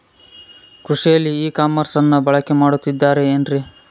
ಕೃಷಿಯಲ್ಲಿ ಇ ಕಾಮರ್ಸನ್ನ ಬಳಕೆ ಮಾಡುತ್ತಿದ್ದಾರೆ ಏನ್ರಿ?